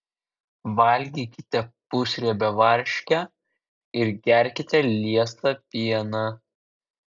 valgykite pusriebę varškę ir gerkite liesą pieną